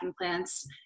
plants